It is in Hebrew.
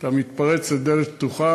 אתה מתפרץ לדלת פתוחה.